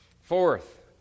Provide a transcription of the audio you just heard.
Fourth